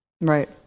right